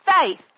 faith